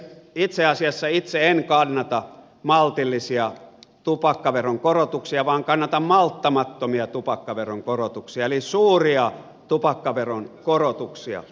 itse asiassa itse en kannata maltillisia tupakkaveron korotuksia vaan kannatan malttamattomia tupakkaveron korotuksia eli suuria tupakkaveron korotuksia